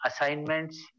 assignments